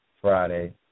Friday